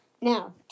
now